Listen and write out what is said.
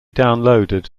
downloaded